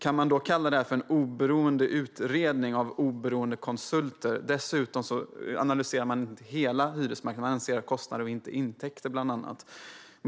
Kan man då kalla det för en oberoende utredning av oberoende konsulter? Dessutom analyseras inte hela hyresmarknaden, bara kostnader och inte intäkter, bland annat.